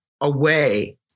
away